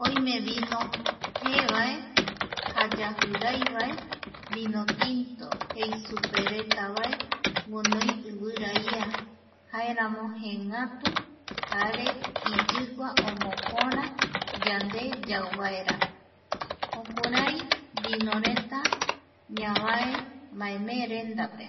Oime vino jee vae. Jayaji rai vae, vino tinto jei supe reta vae guinoi ivira ia jaeramo jeengatu jare iyigua omopora yande yau vaera. Jukurai vino reta ñavae maemeerendape.